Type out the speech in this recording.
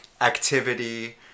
activity